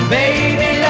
baby